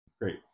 Great